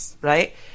right